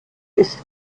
ist